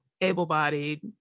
able-bodied